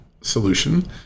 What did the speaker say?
solution